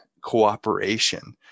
cooperation